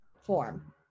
form